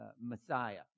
Messiah